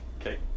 Okay